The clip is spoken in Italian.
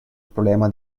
problema